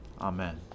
Amen